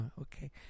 okay